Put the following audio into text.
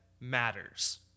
Matters